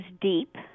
deep